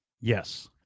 Yes